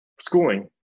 schooling